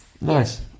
Nice